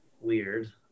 weird